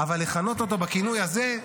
אבל לכנות אותו בכינוי הזה?